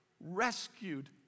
rescued